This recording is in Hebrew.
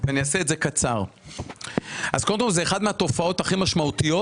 זאת אחת התופעות הכי משמעותיות.